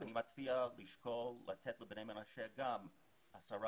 אני מציע לשקול לתת גם לבני מנשה עשרה